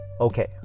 okay